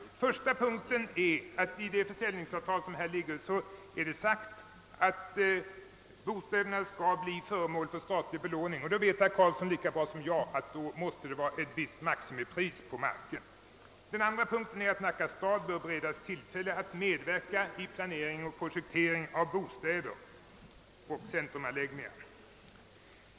För det första är det sagt att bostäderna skall bli föremål för statlig belåning. Herr Karlsson vet lika bra som jag, att marken då måste ha ett visst maximipris. Den andra punkten är att Nacka stad bör beredas tillfälle att medverka i planering och projektering av bostäder och centrumanläggningar i området.